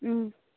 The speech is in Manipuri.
ꯎꯝ